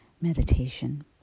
meditation